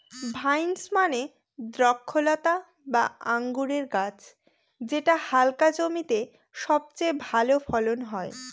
vines মানে দ্রক্ষলতা বা আঙুরের গাছ যেটা হালকা জমিতে সবচেয়ে ভালো ফলন হয়